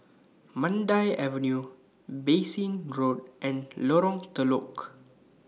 Mandai Avenue Bassein Road and Lorong Telok